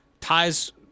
ties